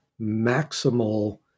maximal